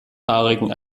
haarigen